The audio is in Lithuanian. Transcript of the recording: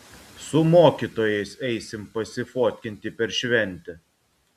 su mokytojais eisim pasifotkinti per šventę